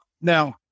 now